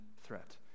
threat